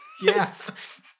Yes